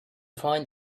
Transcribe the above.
find